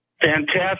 Fantastic